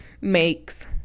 makes